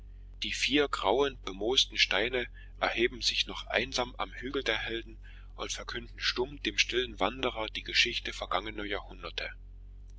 die vier grauen bemoosten steine erheben sich noch einsam am hügel der helden und verkünden stumm dem stillen wanderer die geschichte vergangener jahrhunderte